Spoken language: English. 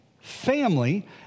family